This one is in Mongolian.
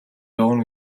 явна